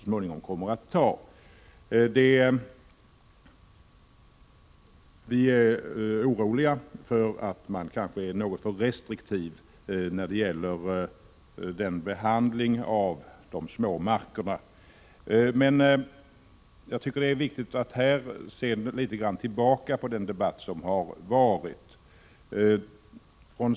Från centerpartiets sida är vi nämligen oroliga över att utskottsmajoriteten är något för restriktiv när det gäller behandlingen av de små markerna. Jag tycker emellertid att det är viktigt att i detta sammanhang något se tillbaka på den debatt som har varit.